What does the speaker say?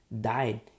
died